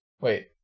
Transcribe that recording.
Wait